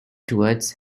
towards